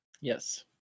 Yes